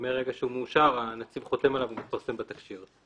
ומהרגע שהוא מאושר הנציב חותם עליו והוא מתפרסם בתקש"יר.